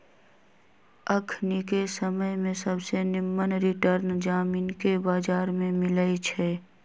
अखनिके समय में सबसे निम्मन रिटर्न जामिनके बजार में मिलइ छै